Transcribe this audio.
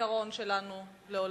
בזיכרון שלנו לעולמים.